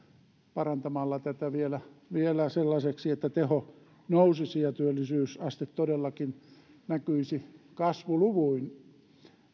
parantamalla tätä vielä vielä sellaiseksi että teho nousisi ja työllisyysaste todellakin näkyisi kasvuluvuin